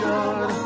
God